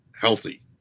healthy